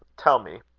tell me,